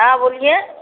हाँ बोलिए